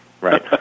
right